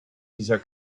dieser